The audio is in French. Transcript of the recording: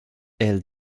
elle